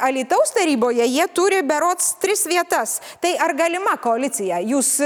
alytaus taryboje jie turi berods tris vietas tai ar galima koalicija jūs